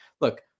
look